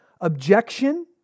objection